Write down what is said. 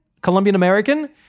Colombian-American